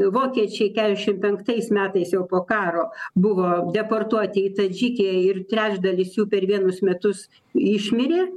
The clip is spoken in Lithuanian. vokiečiai keturiasdešim penktais metais jau po karo buvo deportuoti į tadžikiją ir trečdalis jų per vienus metus išmirė